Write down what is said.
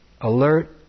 alert